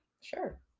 Sure